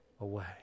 away